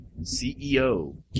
CEO